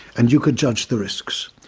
and you could judge the risks.